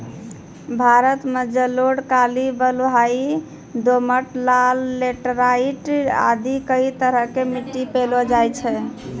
भारत मॅ जलोढ़, काली, बलुआही, दोमट, लाल, लैटराइट आदि कई तरह के मिट्टी पैलो जाय छै